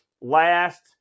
Last